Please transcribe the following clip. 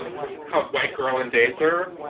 um which is called white girl in danger.